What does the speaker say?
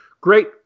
great